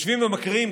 יושבים ומקריאים,